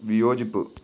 വിയോജിപ്പ്